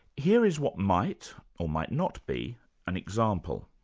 here is what might or might not be an example